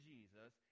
Jesus